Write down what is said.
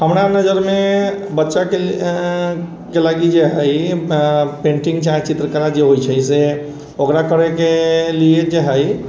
हमरा नजरिमे बच्चाके लागी जे हइ पेन्टिङ्ग चाहे चित्रकला जे होइ छै से ओकरा करैके लिए जे हइ